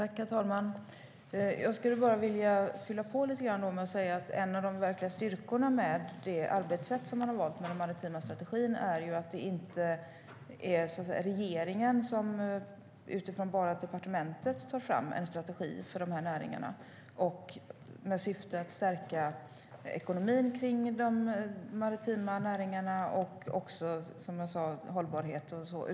Herr ålderspresident! Jag skulle vilja fylla på lite. En av de verkliga styrkorna med det valda arbetssättet för den maritima strategin är att det inte bara är regeringen, departementet, som tar fram en strategi för de här näringarna med syfte att stärka ekonomin för de maritima näringarna och även hållbarheten.